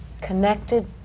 connected